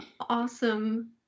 awesome